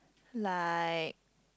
like